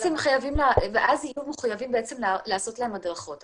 ואז הם יהיו מחויבים לעשות להן הדרכות.